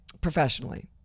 professionally